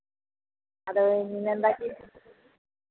ᱟᱫᱚᱧ ᱢᱮᱱᱫᱟ ᱪᱮᱫ